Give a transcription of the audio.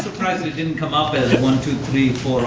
it it didn't come up in one, two, three